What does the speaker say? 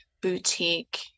boutique